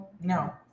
no